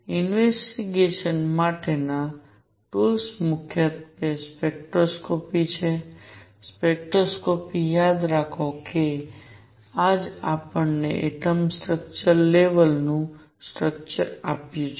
investigation માટેના tools મુખ્યત્વે spectroscopy છે સ્પેક્ટ્રોસ્કોપી યાદ રાખો કે આ જ આપણને એટમ સ્ટ્રક્ચર લેવલ નું સ્ટ્રક્ચર આપ્યું છે